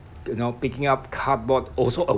you know picking up cardboard also